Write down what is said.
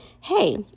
hey